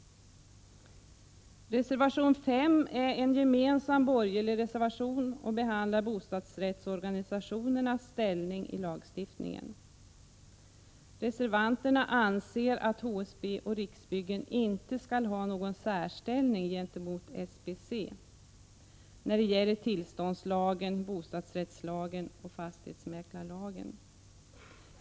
Reservation 5 är en gemensam borgerlig reservation, och i den behandlas bostadsrättsorganisationernas ställning i lagstiftningen. Reservanterna anser att HSB och Riksbyggen inte skall ha någon särställning gentemot SBC när det gäller tillståndslagen, bostadsrättslagen och fastighetsmäklarlagen.